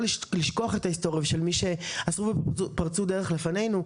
לא לשכוח את ההיסטוריה של מי שעשו ופרצו דרך לפנינו.